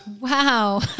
Wow